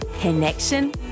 connection